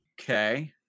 Okay